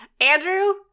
Andrew